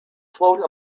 float